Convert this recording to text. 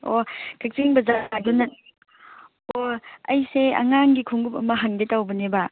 ꯑꯣ ꯀꯛꯆꯤꯡ ꯕꯥꯖꯥꯔꯗꯨꯅ ꯑꯣ ꯑꯩꯁꯦ ꯑꯉꯥꯡꯒꯤ ꯈꯣꯡꯎꯞ ꯑꯃ ꯍꯪꯒꯦ ꯇꯧꯕꯅꯦꯕ